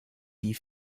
die